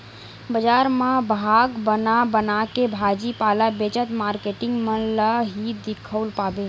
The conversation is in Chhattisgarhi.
बजार म भाग बना बनाके भाजी पाला बेचत मारकेटिंग मन ल ही दिखउल पाबे